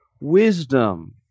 wisdom